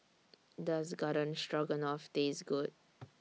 Does Garden Stroganoff Taste Good